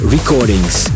Recordings